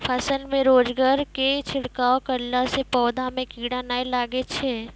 फसल मे रोगऽर के छिड़काव करला से पौधा मे कीड़ा नैय लागै छै?